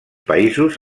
països